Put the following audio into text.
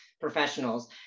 professionals